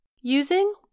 Using